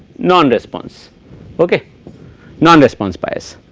non response okay non response bias